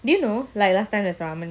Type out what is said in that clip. do you know like last time there's ramen